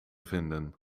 vinden